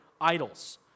idols